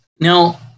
Now